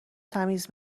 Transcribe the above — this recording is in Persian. تمیز